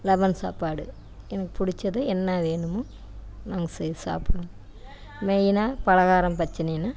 lemon சாப்பாடு எனக்கு பிடிச்சது என்ன வேணுமோ நாங்கள் செய்து சாப்பிடுவோம் மெயினாக பலகாரம் பஜ்ஜினா